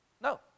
No